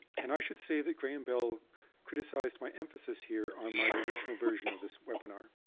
and i should say that graham bell criticized my emphasis here on my original version of this webinar,